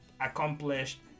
accomplished